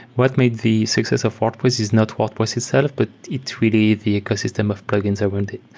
what made the success of wordpress is not wordpress itself, but it's really the ecosystem of plugins around it.